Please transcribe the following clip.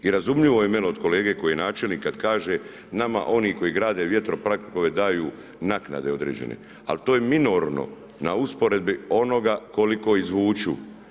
I razumljivo je meni od kolege koji je načelnik kad kaže nama oni koji grade vjetro ... daju naknade određene ali to je minorno na usporedbi onoga koliko izvuku.